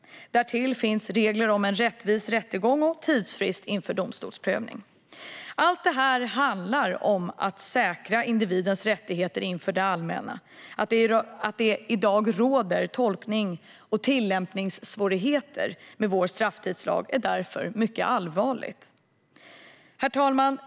Därtill finns regler om en rättvis rättegång och tidsfrist inför domstolsprövning. Allt detta handlar om att säkra individens rättigheter inför det allmänna. Att det i dag råder tolknings och tillämpningssvårigheter med vår strafftidslag är därför mycket allvarligt. Herr talman!